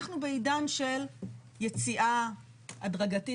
אנחנו בעידן של יציאה הדרגתית,